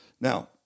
Now